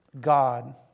God